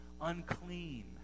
unclean